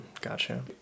Gotcha